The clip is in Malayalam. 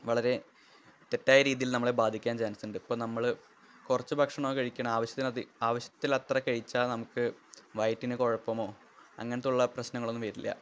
വളരെ തെറ്റായ രീതിയില് നമ്മളെ ബാധിക്കാന് ചാന്സുണ്ട് അപ്പം നമ്മൾ കുറച്ച് ഭക്ഷണം കഴിക്കണം ആവശ്യത്തിനു അധി ആവശ്യത്തിലത്ര കഴിച്ചാല് നമുക്ക് വയറ്റിന് കുഴപ്പമോ അങ്ങനത്തുള്ള പ്രശ്നങ്ങളൊന്നും വരില്ല